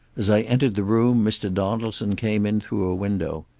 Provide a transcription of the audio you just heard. as i entered the room mr. donaldson came in through a window.